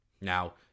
Now